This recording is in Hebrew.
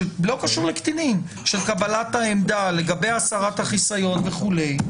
לא קשור לקטינים של קבלת העמדה לגבי הצהרת החיסיון וכולי,